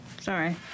sorry